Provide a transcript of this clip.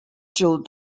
jill